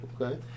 Okay